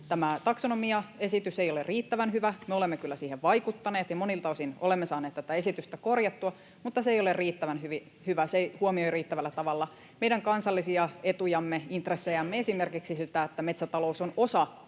tämä taksonomiaesitys ei ole riittävän hyvä. Me olemme kyllä siihen vaikuttaneet ja monilta osin olemme saaneet tätä esitystä korjattua, mutta se ei ole riittävän hyvä, se ei huomioi riittävällä tavalla meidän kansallisia etujamme, intressejämme, esimerkiksi sitä, että metsätalous on osa